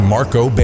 Marco